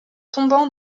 tombant